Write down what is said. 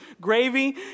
gravy